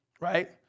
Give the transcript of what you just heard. right